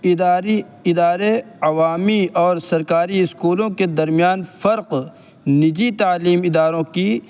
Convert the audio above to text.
ادارے ادارے عوامی اور سرکاری اسکولوں کے درمیان فرق نجی تعلیم اداروں کی